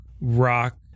rock